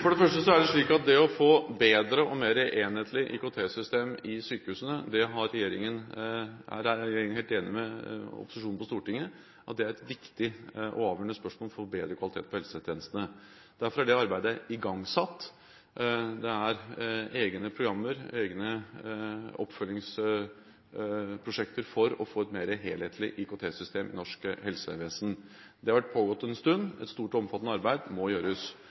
For det første er det slik at det å få et bedre og mer enhetlig IKT-system i sykehusene – og her er regjeringen helt enig med opposisjonen på Stortinget – er viktig og avgjørende for å få bedre kvalitet på helsetjenestene. Derfor er det arbeidet igangsatt. Det er egne programmer, egne oppfølgingsprosjekter, for å få et mer helhetlig IKT-system i norsk helsevesen. Det har pågått en stund – et stort og omfattende arbeid må gjøres.